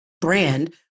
brand